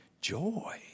joy